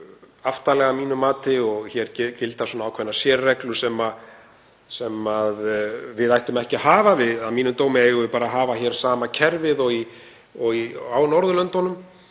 aftarlega að mínu mati og hér gilda ákveðnar sérreglur sem við ættum ekki að hafa. Að mínum dómi eigum við bara að hafa sama kerfi og er á Norðurlöndunum.